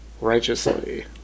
righteously